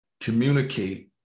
communicate